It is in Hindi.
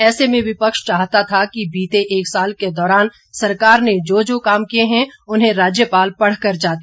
ऐसे में विपक्ष चाहता था कि बीते एक साल के दौरान सरकार ने जो जो काम किए हैं उन्हें राज्यपाल पढ़कर जाते